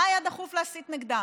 מה היה דחוף להסית נגדם?